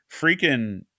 freaking